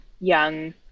young